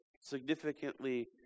significantly